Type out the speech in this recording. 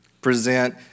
present